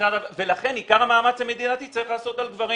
לכן עיקר המאמץ המדינתי צריך לעשות על גברים